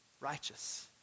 righteous